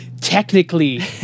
technically